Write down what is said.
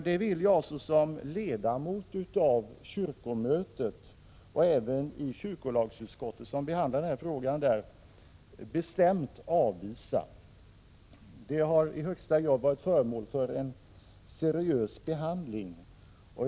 Det vill jag såsom ledamot av kyrkomötet och även av kyrkolagsutskottet, som behandlade den här frågan, bestämt avvisa. Frågan har i högsta grad varit föremål för en seriös behandling.